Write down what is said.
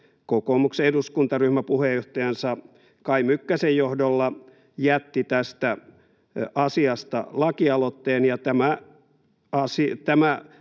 kokoomuksen eduskuntaryhmä puheenjohtajansa Kai Mykkäsen johdolla jätti tästä asiasta lakialoitteen,